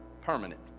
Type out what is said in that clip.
permanent